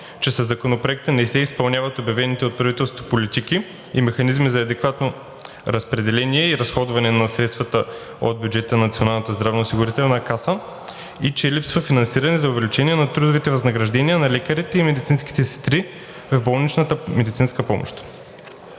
че със Законопроекта не се изпълняват обявените от правителството политики и механизми за адекватно разпределение и разходване на средствата от бюджета на Националната здравноосигурителна каса и че липсва финансирането за увеличение на трудовите възнаграждения на лекарите и медицинските сестри в болничната медицинска помощ.